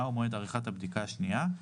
מהו מועד עריכת הבדיקה השנייה.